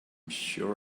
sure